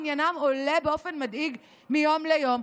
מניינם עולה באופן מדאיג מיום ליום,